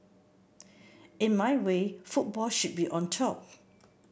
in my way football should be on top